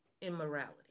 immorality